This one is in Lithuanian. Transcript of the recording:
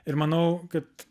ir manau kad